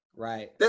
Right